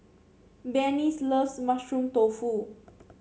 Benny's loves Mushroom Tofu